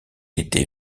était